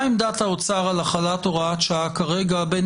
מהי עמדת האוצר על החלת הוראת שעה כרגע בין